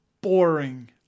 boring